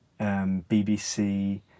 bbc